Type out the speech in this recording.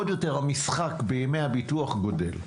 כי עוד יותר המשחק בימי הביטוח גדל.